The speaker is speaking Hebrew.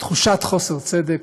תחושת חוסר צדק,